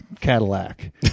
Cadillac